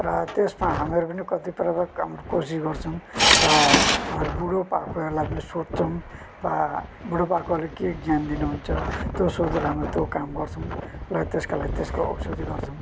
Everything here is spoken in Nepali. र त्यसमा हामीहरू पनि कति प्रकार कोसिस गर्छौँ र बुढोपाकोहरूलाई पनि सोध्छौँ वा बुढोपाकोले के ज्ञान दिनुहुन्छ त्यो सोधेर हामी त्यो काम गर्छौँ र त्यसका लागि त्यसको औषधी गर्छौँ